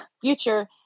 future